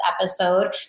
episode